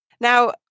Now